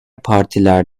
partiler